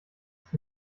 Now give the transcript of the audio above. sich